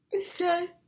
Okay